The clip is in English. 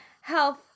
health